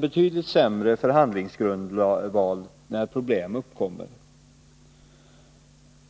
betydligt sämre förhandlingsgrundval när problem uppkommer.